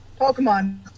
Pokemon